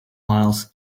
miles